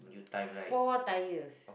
four tires